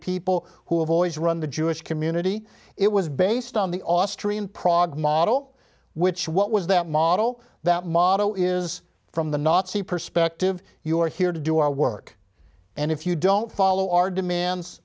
people who have always run the jewish community it was based on the austrian prague model which what was that model that motto is from the nazi perspective you are here to do our work and if you don't follow our demands